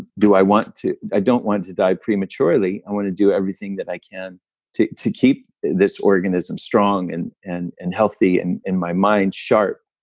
do i want to. i don't want to die prematurely. i want to do everything that i can to to keep this organism strong and and and healthy, and and my mind sharp.